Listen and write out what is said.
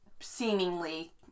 seemingly